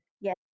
Yes